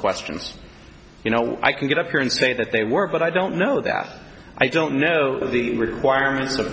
questions you know i can get up here and say that they were but i don't know that i don't know the requirements of